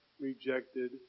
rejected